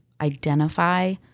identify